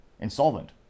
insolvent